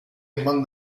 among